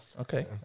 Okay